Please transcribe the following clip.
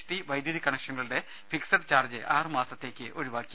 T വൈദ്യുതി കണക്ഷനുകളുടെ fixed charge ആറ് മാസത്തേക്ക് ഒഴിവാക്കി